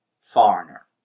foreigner